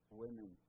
women